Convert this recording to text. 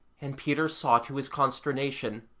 and peter saw to his consternation,